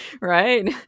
right